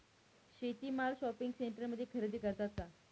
शेती माल शॉपिंग सेंटरमध्ये खरेदी करतात का?